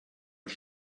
als